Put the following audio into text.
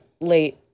late